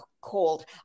called